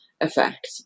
effect